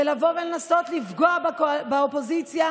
ולבוא ולנסות לפגוע באופוזיציה,